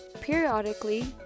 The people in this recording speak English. Periodically